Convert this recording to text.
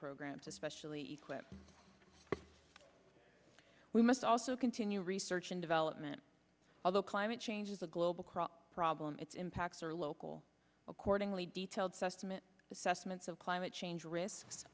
programs especially equipped we must also continue research development although climate change is a global crawl problem its impacts are local accordingly detailed susman assessments of climate change risk